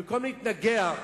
במקום להתנגח,